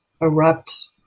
erupt